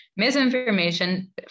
Misinformation